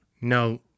No